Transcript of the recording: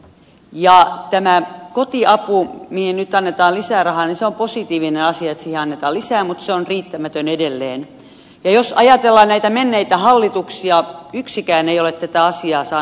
jaa enää kotiapuun niin ei kannata lisärahansa positiivinen asia ja anneta lisää se on riittämätön edelleen jos ajatellaan näitä menneitä hallituksia yksikään ei ole pääasiassa